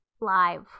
live